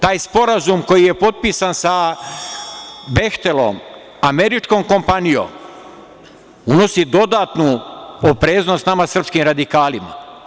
Taj Sporazum koji je potpisan sa „Behtelom“, američkom kompanijom, unosi dodatnu opreznost nama srpskim radikalima.